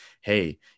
Hey